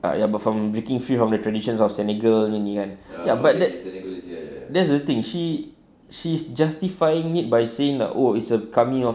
but ya from breaking free from the traditions of senegal ini kan but that's that's the thing she she's justifying it by saying like oh it's a coming of